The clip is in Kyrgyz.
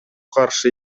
каршы